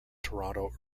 toronto